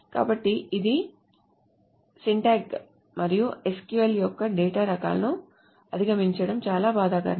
కాబట్టి ఇవి మరియు అన్ని సింటాక్స్ మరియు SQL యొక్క అన్ని డేటా రకాలను అధిగమించడం చాలా బాధాకరం